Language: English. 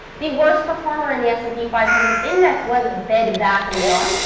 the worst performer in the s and p five hundred index was bed bath and beyond,